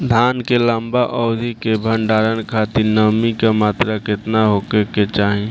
धान के लंबा अवधि क भंडारण खातिर नमी क मात्रा केतना होके के चाही?